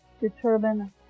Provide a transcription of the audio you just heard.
determine